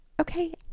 Okay